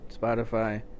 spotify